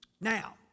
Now